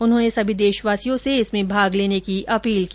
उन्होंने सभी देशवासियों से इसमें भाग लेने की अपील की